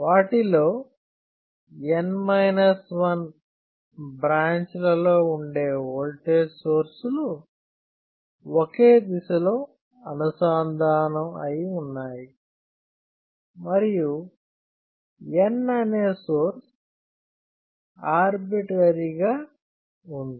వాటిలో N 1 branch లలో ఉండే ఓల్టేజ్ సోర్స్ లు ఒకే దిశలో అనుసంధానం అయి ఉన్నాయి మరియు N అనే సోర్స్ ఆర్బిట్రేరీ గా ఉంది